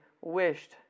wished